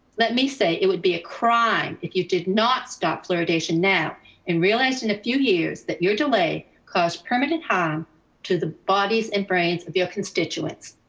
let me say it would be a crime if you did not stop fluoridation now and realize in a few years that your delay caused permanent harm to the bodies and brains of your constituents.